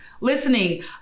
Listening